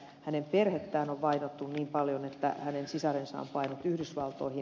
hänen perhettään on vainottu niin paljon että hänen sisarensa on paennut yhdysvaltoihin